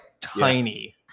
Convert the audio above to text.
tiny